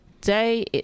day